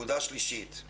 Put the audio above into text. נקודה שלישית,